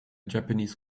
japanese